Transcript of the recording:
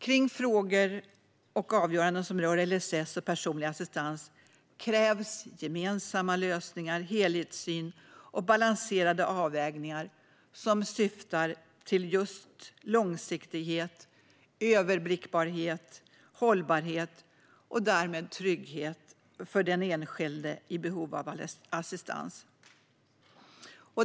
Kring frågor och avgöranden som rör LSS och personlig assistans krävs gemensamma lösningar, en helhetssyn och balanserade avvägningar som syftar till just långsiktighet, överblickbarhet, hållbarhet och därmed trygghet för den enskilde som är i behov av assistans.